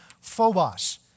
phobos